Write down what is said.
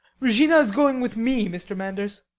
regina is going with me, mr. manders.